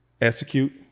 execute